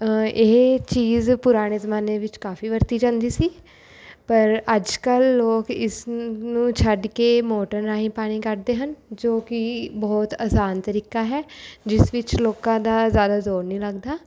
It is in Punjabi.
ਇਹ ਚੀਜ਼ ਪੁਰਾਣੇ ਜ਼ਮਾਨੇ ਵਿੱਚ ਕਾਫੀ ਵਰਤੀ ਜਾਂਦੀ ਸੀ ਪਰ ਅੱਜ ਕੱਲ੍ਹ ਲੋਕ ਇਸ ਨੂੰ ਛੱਡ ਕੇ ਮੋਟਰ ਰਾਹੀਂ ਪਾਣੀ ਕੱਢਦੇ ਹਨ ਜੋ ਕਿ ਬਹੁਤ ਅਸਾਨ ਤਰੀਕਾ ਹੈ ਜਿਸ ਵਿੱਚ ਲੋਕਾਂ ਦਾ ਜ਼ਿਆਦਾ ਜ਼ੋਰ ਨਹੀਂ ਲੱਗਦਾ